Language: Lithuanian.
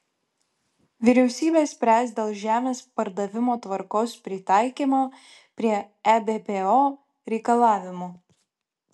vyriausybė spręs dėl žemės pardavimo tvarkos pritaikymo prie ebpo reikalavimų